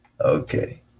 Okay